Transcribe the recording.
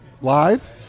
Live